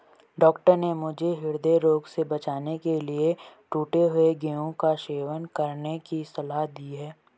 doctor ने मुझे हृदय रोग से बचने के लिए टूटे हुए गेहूं का सेवन करने की सलाह दी है